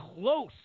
close